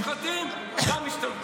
גם מושחתים וגם משתמטים.